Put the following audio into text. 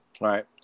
Right